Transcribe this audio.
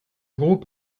groupe